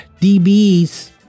DB's